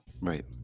right